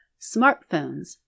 Smartphones